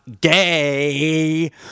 gay